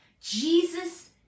Jesus